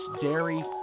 dairy